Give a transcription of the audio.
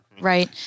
Right